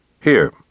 Here